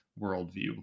worldview